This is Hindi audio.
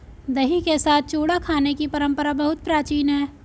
दही के साथ चूड़ा खाने की परंपरा बहुत प्राचीन है